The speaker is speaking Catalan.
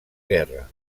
guerra